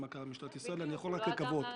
הפך את משטרת ישראל למשטרה --- לא עד מומחה.